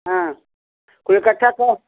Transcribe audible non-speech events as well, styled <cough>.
हाँ कोई <unintelligible>